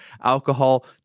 alcohol